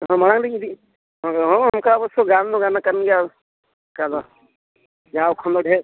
ᱚᱱᱟ ᱢᱟᱲᱟᱝ ᱨᱮᱜᱮᱧ ᱤᱫᱤ ᱦᱮᱸ ᱚᱱᱠᱟ ᱚᱵᱚᱥᱥᱚ ᱜᱟᱱ ᱫᱚ ᱜᱟᱱᱚ ᱠᱟᱱ ᱜᱮᱭᱟ ᱚᱱᱠᱟ ᱫᱚ ᱡᱟᱣ ᱠᱷᱚᱱ ᱫᱚ ᱰᱷᱮᱨ